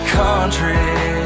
country